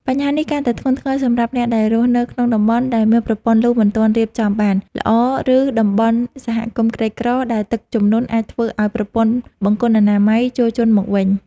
បញ្ហានេះកាន់តែធ្ងន់ធ្ងរសម្រាប់អ្នកដែលរស់នៅក្នុងតំបន់ដែលមានប្រព័ន្ធលូមិនទាន់រៀបចំបានល្អ ឬតំបន់សហគមន៍ក្រីក្រ ដែលទឹកជំនន់អាចធ្វើឱ្យប្រព័ន្ធបង្គន់អនាម័យជោរជន់មកវិញ។